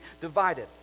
divided